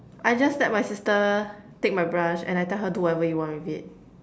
I just let my sister take my brush and I tell her do whatever you want with it